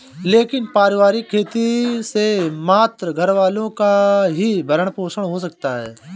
लेकिन पारिवारिक खेती से मात्र घरवालों का ही भरण पोषण हो सकता है